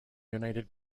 united